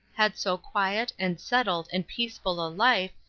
had so quiet, and settled, and peaceful a life,